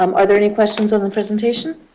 um are there any questions on the presentation?